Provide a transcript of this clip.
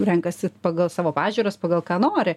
renkasi pagal savo pažiūras pagal ką nori